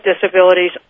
disabilities